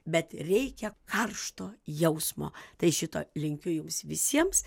bet reikia karšto jausmo tai šito linkiu jums visiems